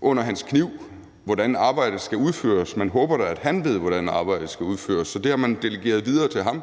under hans kniv, om, hvordan arbejdet skal udføres. Man håber da, at han ved, hvordan arbejdet skal udføres, så det har man delegeret videre til ham.